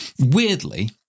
Weirdly